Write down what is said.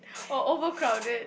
or overcrowded